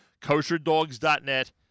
Kosherdogs.net